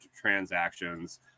transactions